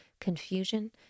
confusion